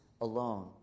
alone